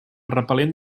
repel·lent